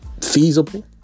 feasible